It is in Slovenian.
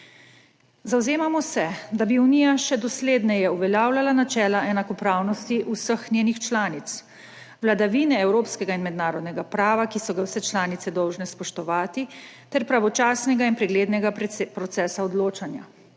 Zavzemamo se, da bi Unija še dosledneje uveljavljala načela enakopravnosti vseh njenih članic, vladavine evropskega in mednarodnega prava, ki so ga vse članice dolžne spoštovati, ter pravočasnega in preglednega procesa odločanja,